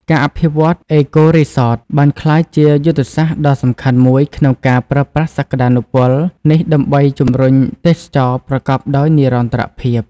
ការអភិវឌ្ឍន៍ អេកូរីសត បានក្លាយជាយុទ្ធសាស្ត្រដ៏សំខាន់មួយក្នុងការប្រើប្រាស់សក្ដានុពលនេះដើម្បីជំរុញទេសចរណ៍ប្រកបដោយនិរន្តរភាព។